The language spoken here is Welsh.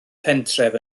pentref